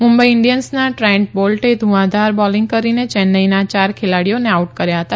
મુંબઇ ઇન્ડિયન્સના ટ્રેન્ટ બોલ્ટે ધુઆધાર બોલીંગ કરીને ચેન્નાઇના યાર ખેલાડીઓને આઉટ કર્યા હતા